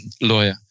lawyer